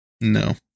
No